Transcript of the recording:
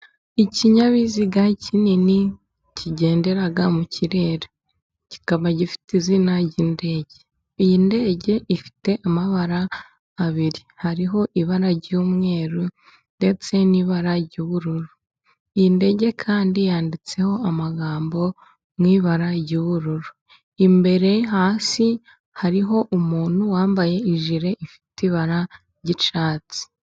Ikinyabiziga kinini kigendera mu kirere, kikaba gifite izina ry'indege. Iyi ndege ifite amabara abiri. Hariho ibara ry'umweru ndetse n'ibara ry'ubururu . Iyi ndege kandi yanditseho amagambo mu ibara ry'ubururu. Imbere hasi hariho umuntu wambaye ijire ifite ibara ry'icyatsi.